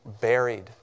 buried